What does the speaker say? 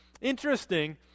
Interesting